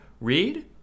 read